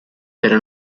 pero